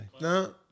No